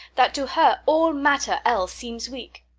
that to her all matter else seems weak.